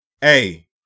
hey